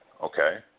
Okay